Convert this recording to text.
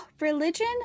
religion